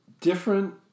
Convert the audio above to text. different